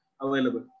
available